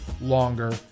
longer